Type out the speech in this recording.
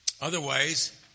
Otherwise